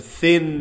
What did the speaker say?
thin